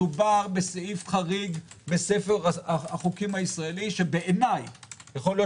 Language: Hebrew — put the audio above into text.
מדובר בסעיף חריג בספר החוקים הישראלי שבעיניי יכול להיות